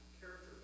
character